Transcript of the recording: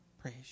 Praise